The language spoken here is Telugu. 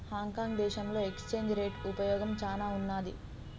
హాంకాంగ్ దేశంలో ఎక్స్చేంజ్ రేట్ ఉపయోగం చానా ఉన్నాది